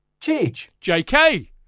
JK